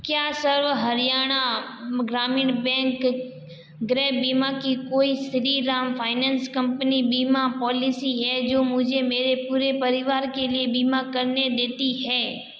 क्या सव हरियाणा ग्रामीण बैंक गृह बीमा की कोई श्रीराम फाइनेंस कंपनी बीमा पॉलिसी है जो मुझे मेरे पूरे परिवार के लिए बीमा करने देती है